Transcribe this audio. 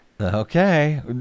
Okay